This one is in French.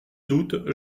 doute